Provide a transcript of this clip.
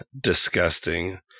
disgusting